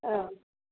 औ